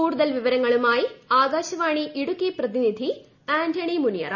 കൂടുതൽ വിവരങ്ങളുമായി ആകാശ്വാണി ഇടുക്കി പ്രതിനിധി ആന്റണി മുനിയറ